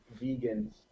vegans